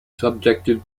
subjected